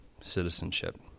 citizenship